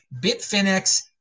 Bitfinex